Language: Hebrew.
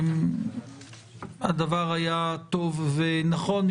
הדבר היה טוב ונכון,